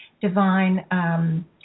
divine